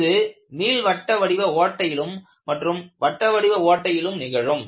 இது நீள்வட்ட வடிவ ஓட்டையிலும் மற்றும் வடிவ ஓட்டையிலும் நிகழும்